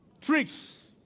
Tricks